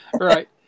right